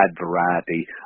variety